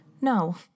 no